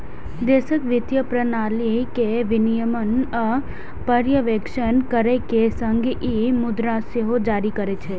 देशक वित्तीय प्रणाली के विनियमन आ पर्यवेक्षण करै के संग ई मुद्रा सेहो जारी करै छै